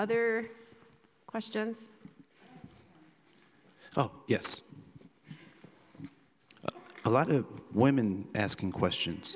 other questions oh yes a lot of women asking questions